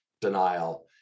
denial